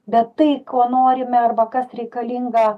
bet tai ko norime arba kas reikalinga